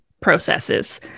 processes